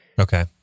Okay